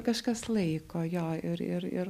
kažkas laiko jo ir ir ir